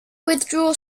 withdraw